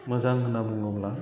मोजां होनना बुङोब्ला